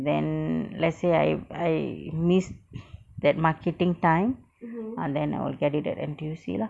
then let's say I I miss that marketing time ah then I will get it at N_T_U_C lah